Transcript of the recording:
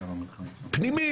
פנימי,